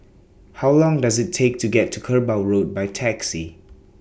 How Long Does IT Take to get to Kerbau Road By Taxi